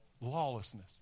lawlessness